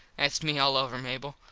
thats me all over, mable.